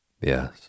yes